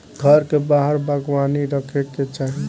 घर के बाहर बागवानी रखे के चाही